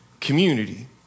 community